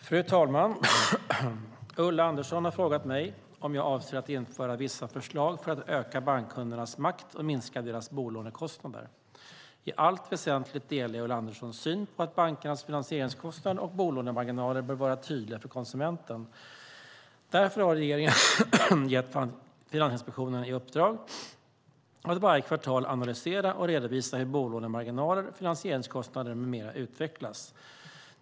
Fru talman! Ulla Andersson har frågat mig om jag avser att genomföra vissa förslag för att öka bankkundernas makt och minska deras bolånekostnader. I allt väsentligt delar jag Ulla Anderssons syn på att bankernas finansieringskostnader och bolånemarginaler bör vara tydliga för konsumenten. Därför har regeringen gett Finansinspektionen i uppdrag att varje kvartal analysera och redovisa hur bolånemarginaler, finansieringskostnader med mera utvecklas.